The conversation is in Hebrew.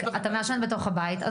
מעשן בתוך הבית,